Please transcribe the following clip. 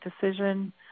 decision